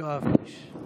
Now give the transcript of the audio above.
כי היה אומר: